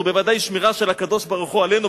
ובוודאי שמירה של הקדוש-ברוך-הוא עלינו.